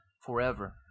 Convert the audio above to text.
forever